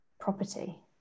property